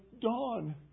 dawn